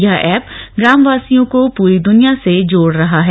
यह एप ग्रामवासियों को पूरी दुनिया से जोड़ रहा है